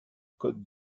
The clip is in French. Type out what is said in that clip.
côte